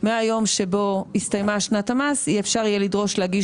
מהיום שבו הסתיימה שנת המס אפשר יהיה לדרוש להגיש